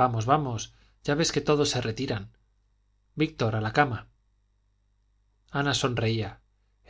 vamos vamos ya ves que todos se retiran víctor a la cama ana sonreía